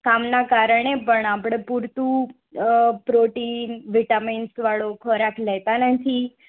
કામનાં કારણે પણ આપણે પૂરતું પ્રોટિન વિટામિન્સવાળો ખોરાક લેતા નથી